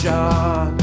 John